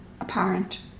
apparent